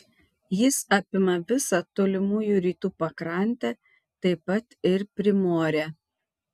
jis apima visą tolimųjų rytų pakrantę taip pat ir primorę